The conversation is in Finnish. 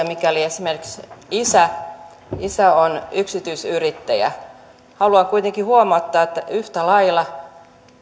mikäli esimerkiksi isä isä on yksityisyrittäjä haluan kuitenkin huomauttaa että yhtä lailla